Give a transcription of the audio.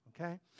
Okay